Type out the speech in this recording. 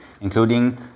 including